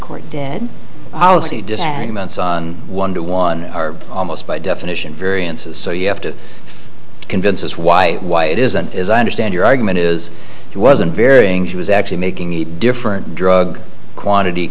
court did one to one are almost by definition variances so you have to convince us why why it isn't as i understand your argument is it wasn't varying she was actually making a different drug quantity